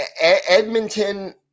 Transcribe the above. Edmonton